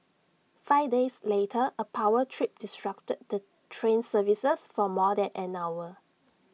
five days later A power trip disrupted the train services for more than an hour